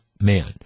man